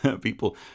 People